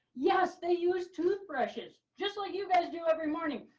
yes, they use toothbrushes just like you guys do every morning.